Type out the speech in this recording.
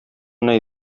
nahi